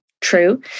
true